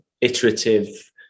iterative